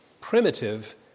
primitive